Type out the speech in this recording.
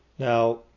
Now